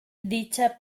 dicha